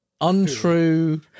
untrue